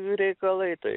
reikalai tai